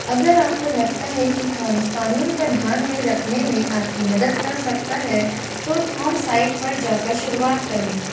अगर आपको लगता है कि थॉमस कानून का ध्यान में रखने में आपकी मदद कर सकता है तो थॉमस साइट पर जाकर शुरुआत करें